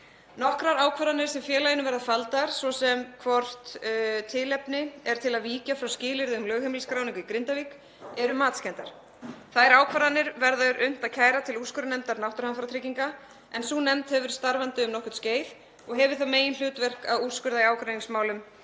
Nokkrar ákvarðanir sem félaginu verða faldar, svo sem hvort tilefni er til að víkja frá skilyrði um lögheimilisskráningu í Grindavík, eru matskenndar. Þær ákvarðanir verður unnt að kæra til úrskurðarnefndar náttúruhamfaratrygginga, en sú nefnd hefur verið starfandi um nokkurt skeið og hefur það meginhlutverk að úrskurða í ágreiningsmálum